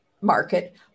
market